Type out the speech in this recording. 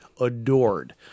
adored